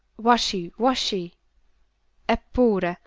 washy, washy eppure,